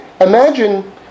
imagine